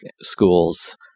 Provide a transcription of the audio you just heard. schools